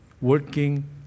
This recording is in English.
Working